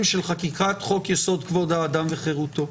של חקיקת חוק-יסוד: כבוד האדם וחירותו.